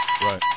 Right